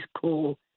cool